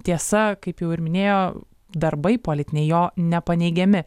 tiesa kaip jau ir minėjo darbai politiniai jo nepaneigiami